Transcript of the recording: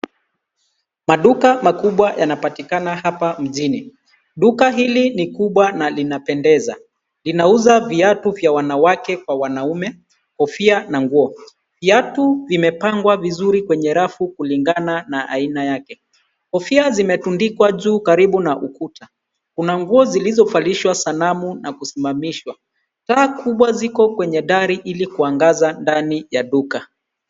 Maduka makubwa yanapatikana hapa mjini. Duka hili ni kubwa na linapendeza. Linauza viatu vya wanawake kwa wanaume, kofia na nguo. Viatu vimepangwa vizuri kwenye rafu kulingana na aina yake. Kofia zimetundikwa juu karibu na ukuta. Kuna nguo zilizovalishwa sanamu na kusimamishwa. Taa kubwa ziko kwenye dari ili kuangaza ndani ya duka.